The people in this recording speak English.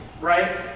right